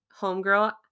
homegirl